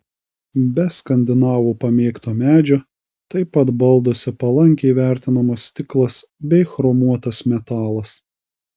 be skandinavų pamėgto medžio taip pat balduose palankiai vertinamas stiklas bei chromuotas metalas